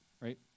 right